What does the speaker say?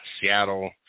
Seattle